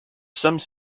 some